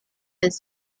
his